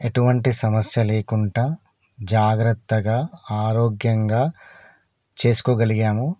ఎటువంటి సమస్య లేకుండా జాగ్రత్తగా ఆరోగ్యంగా చేసుకోగలిగాము